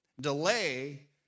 Delay